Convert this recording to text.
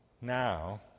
now